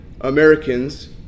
Americans